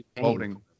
voting